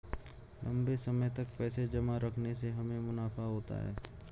लंबे समय तक पैसे जमा रखने से हमें मुनाफा होता है